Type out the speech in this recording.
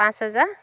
পাঁচ হাজাৰ